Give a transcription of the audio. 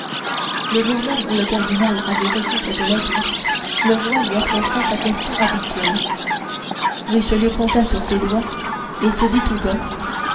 le jour même où le cardinal avait reçu cette lettre le roi lui adressa sa question habituelle richelieu compta sur ses doigts et se dit tout bas